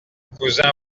cousin